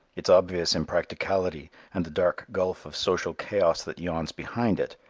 its obvious impracticality and the dark gulf of social chaos that yawns behind it,